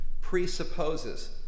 presupposes